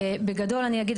בגדול אני אגיד,